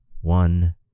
one